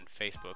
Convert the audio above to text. Facebook